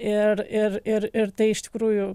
ir ir ir ir tai iš tikrųjų